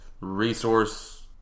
resource